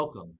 Welcome